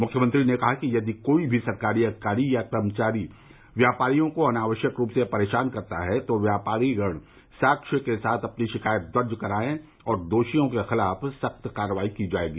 मुख्यमंत्री ने कहा कि यदि कोई भी सरकारी अधिकारी या कर्मचारी व्यापारियों को अनावश्यक रूप से परेशान करता है तो व्यापारीगण साक्ष्य के साथ अपनी शिकायत दर्ज करायें और दोषियों के खिलाफ सख्त कार्रवाई की जायेगी